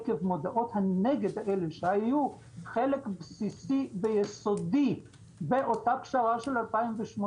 עקב מודעות הנגד האלו שהיו חלק בסיסי ויסודי באותה פשרה של 2018,